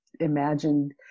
imagined